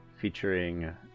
featuring